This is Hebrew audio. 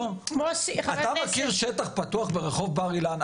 אתה מכיר שטח פתוח ברחוב בר אילן,